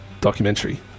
documentary